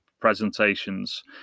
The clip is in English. presentations